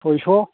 सयस'